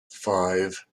five